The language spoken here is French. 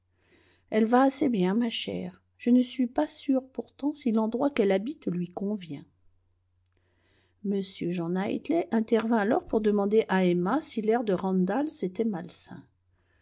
elle va assez bien ma chère je ne suis pas sûr pourtant si l'endroit qu'elle habite lui convient m jean knightley intervint alors pour demander à emma si l'air de randalls était malsain